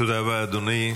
תודה רבה, אדוני.